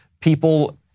people